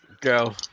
Go